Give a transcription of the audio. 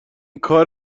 کار